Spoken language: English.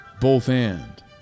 both-and